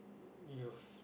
your~